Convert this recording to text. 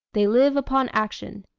they live upon action.